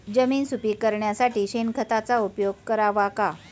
जमीन सुपीक करण्यासाठी शेणखताचा उपयोग करावा का?